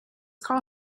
call